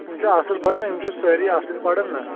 یِم چھِ اصٕل بَچہٕ نا یِم چھِ سٲرِی اصٕل پرن نا